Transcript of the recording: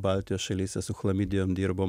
baltijos šalyse su chlamidijom dirbom